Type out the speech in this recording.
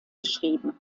geschrieben